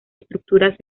estructuras